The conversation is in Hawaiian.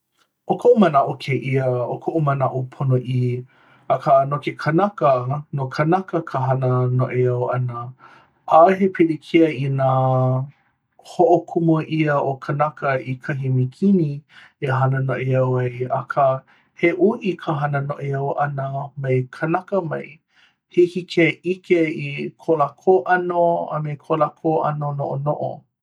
ʻo koʻu manaʻo kēia, ʻo koʻu manaʻo ponoʻī akā no ke kanaka no kanaka ka hana noʻeau ʻana ʻaʻahe pilikia inā hoʻokumu ʻia ʻo kanaka i kahi mikini e hana noʻeau ai akā he uʻi ka hana noʻeau ʻana mai kanaka mai. Hiki ke ʻike i ko lākou ʻano a me ko lākou ʻano noʻonoʻo.